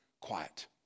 quiet